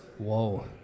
Whoa